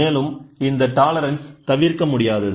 மேலும் இந்த டாலரன்ஸ் தவிர்க்கமுடியாதது